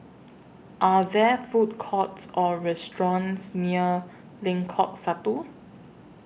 Are There Food Courts Or restaurants near Lengkok Satu